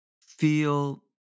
feel